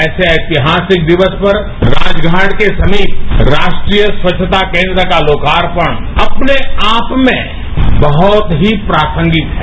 ऐसे ऐतिहासिक दिक्स पर राजघाट के समीप राष्ट्रीय स्वच्छता केंद्र का लोकार्पण अपने आप में बहत ही प्रासंगिक है